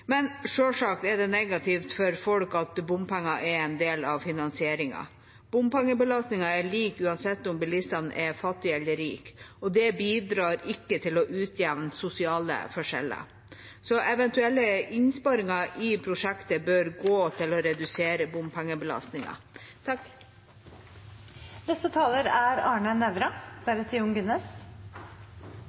Men selvsagt er det negativt for folk at bompenger er en del av finansieringen. Bompengebelastningen er lik uansett om bilistene er fattige eller rike, og det bidrar ikke til å utjevne sosiale forskjeller. Så eventuelle innsparinger i prosjektet bør gå til å redusere